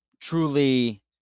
truly